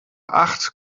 acht